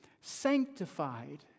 sanctified